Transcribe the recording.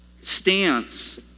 stance